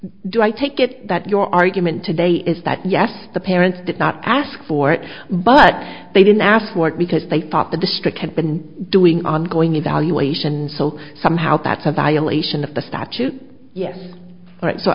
do i take it that your argument today is that yes the parents did not ask for it but they didn't ask for it because they thought the district had been doing ongoing evaluations so somehow that's a violation of the statute yes all right so